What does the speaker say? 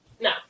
No